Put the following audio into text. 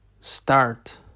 start